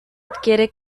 adquiere